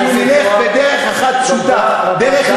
אנחנו נלך בדרך אחת פשוטה, חבר הכנסת